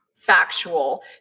factual